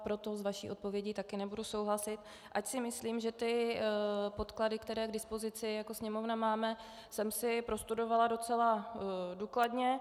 Proto s vaší odpovědí taky nebudu souhlasit, ač si myslím, že podklady, které k dispozici jako Sněmovna máme, jsem si prostudovala docela důkladně.